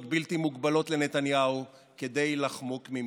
בלתי מוגבלות לנתניהו כדי לחמוק ממשפט.